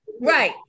Right